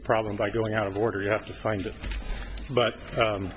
the problem by going out of order you have to find it but